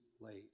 late